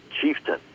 chieftain